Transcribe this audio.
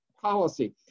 policy